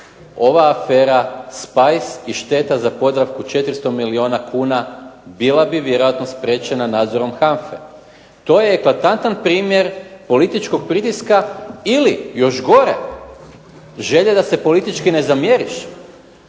ova afera Spice i šteta za Podravku 400 milijuna kuna bila bi vjerojatno spriječena nadzorom HANFA-e. To je eklatantan primjer političkog pritiska ili još gore, želje da se politički ne zamjeriš.